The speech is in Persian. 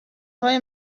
های